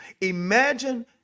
Imagine